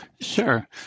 Sure